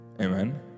amen